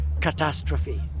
catastrophe